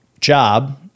job